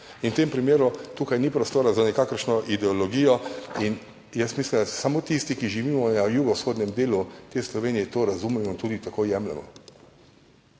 V tem primeru tukaj ni prostora za nikakršno ideologijo. Mislim, da samo tisti, ki živimo na jugovzhodnem delu te Slovenije, to razumemo in tudi tako jemljemo.